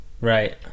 Right